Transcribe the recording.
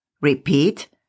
repeat